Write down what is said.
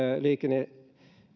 liikenne